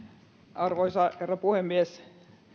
arvoisa herra puhemies